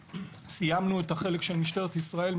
סיימנו את החלק של משטרת ישראל.